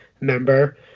member